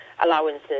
allowances